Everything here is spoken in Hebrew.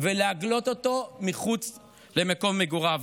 ולהגלות אותו מחוץ למקום מגוריו.